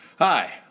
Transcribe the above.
Hi